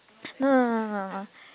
no no no no no no